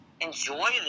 enjoy